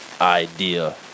idea